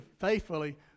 faithfully